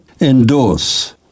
Endorse